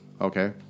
Okay